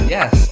Yes